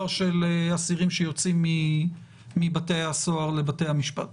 האסירים שיוצאים מבתי הסוהר לבתי המשפט.